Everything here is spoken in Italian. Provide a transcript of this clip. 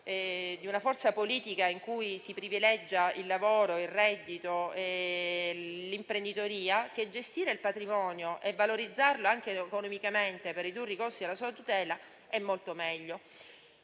a una forza politica in cui si privilegiano il lavoro, il reddito e l'imprenditoria, che gestire il patrimonio e valorizzarlo anche economicamente per ridurre i costi della sua tutela sia molto meglio.